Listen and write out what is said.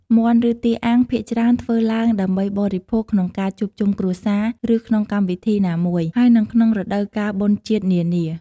មាន់ឬទាអាំងភាគច្រើន ធ្វើឡើងដើម្បីបរិភោគក្នុងការជួបជុំគ្រួសារ ឬក្នុងកម្មវិធីណាមួយ ហើយនិងក្នុងរដូវកាលបុណ្យជាតិនានា។